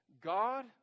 God